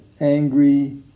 angry